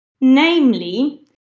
namely